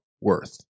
worth